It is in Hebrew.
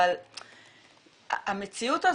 אבל המציאות הזו,